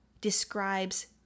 describes